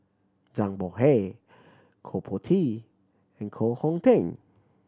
Zhang Bohe Koh Po Tee and Koh Hong Teng